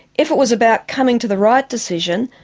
if it was about coming to the right decision,